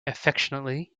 affectionately